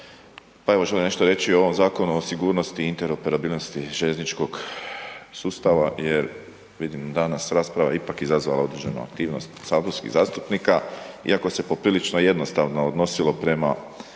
pa evo želim nešto reći o ovom Zakonu o sigurnosti i interoperabilnosti željezničkog sustava jer vidim danas rasprava je ipak izazvala određenu aktivnost saborskih zastupnika iako se poprilično jednostavno odnosilo prema